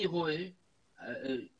אני רואה אפשרות